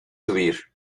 subir